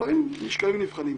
הדברים נשקלים ונבחנים.